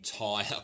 entire